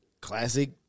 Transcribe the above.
classic